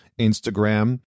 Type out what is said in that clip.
Instagram